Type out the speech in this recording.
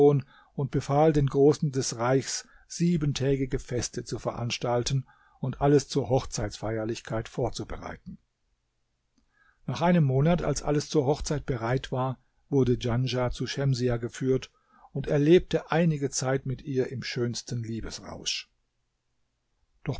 und befahl den großen des reichs siebentägige feste zu veranstalten und alles zur hochzeitsfeierlichkeit vorzubereiten nach einem monat als alles zur hochzeit bereit war wurde djanschah zu schemsiah geführt und er lebte einige zeit mit ihr im schönsten liebesrausch